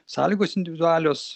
sąlygos individualios